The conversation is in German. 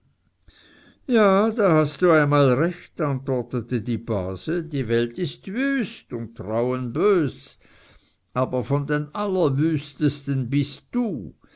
ja da hast einmal recht antwortete die base die welt ist wüst und trauen bös aber von den allerwüstesten bist du